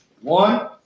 One